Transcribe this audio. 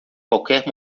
qualquer